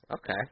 Okay